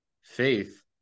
faith